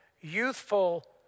youthful